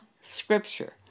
Scripture